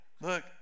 look